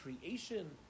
creation